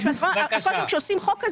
כשעושים חוק,